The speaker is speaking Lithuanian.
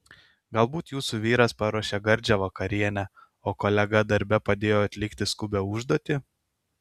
galbūt jūsų vyras paruošė gardžią vakarienę o kolega darbe padėjo atlikti skubią užduotį